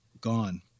gone